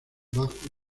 bajo